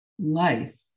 Life